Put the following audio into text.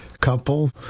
couple